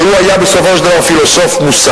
כי הוא היה בסופו של דבר פילוסוף מוסרי.